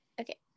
Okay